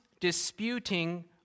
disputing